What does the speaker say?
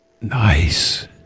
Nice